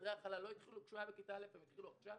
חדרי ההכלה לא התחילו כשהיה בכיתה א' אלא עכשיו.